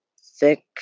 thick